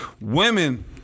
women